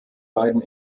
beiden